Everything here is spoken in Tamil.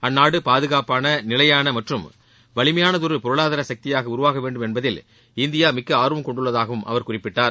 அந்நாடு பாதுகாப்பான நிலையான மற்றும் வலிமையானதொரு பொருளாதார சக்தியாக உருவாகவேண்டும் என்பதில் இந்தியா மிக்க ஆர்வம் கொண்டுள்ளதாகவும் அவர் குறிப்பிட்டார்